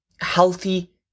healthy